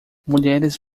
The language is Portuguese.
mulheres